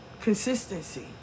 Consistency